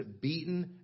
beaten